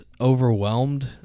overwhelmed